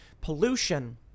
pollution